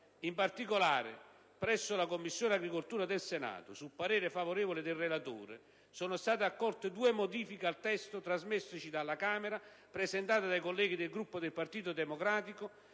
In particolare, presso la Commissione agricoltura del Senato, su parere favorevole del relatore, sono state accolte due modifiche al testo trasmessoci dalla Camera, presentate dai colleghi del Gruppo del Partito Democratico,